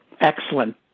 excellent